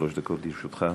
שלוש דקות לרשותך.